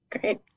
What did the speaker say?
Great